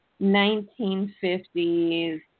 1950s